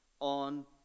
on